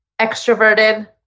extroverted